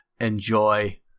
enjoy